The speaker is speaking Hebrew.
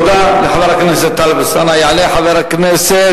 אדוני השר, אדוני השר.